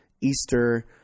easter